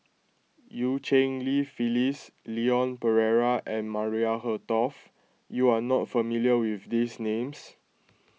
Eu Cheng Li Phyllis Leon Perera and Maria Hertogh you are not familiar with these names